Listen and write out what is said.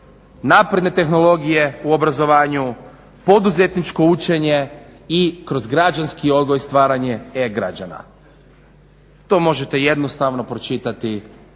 napredne tehnologije u obrazovanju, poduzetničko učenje i kroz građanski odgoj stvaranje e-građana. To možete jednostavno pročitati